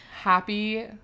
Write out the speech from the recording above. Happy